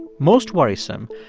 most worrisome,